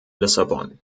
lissabon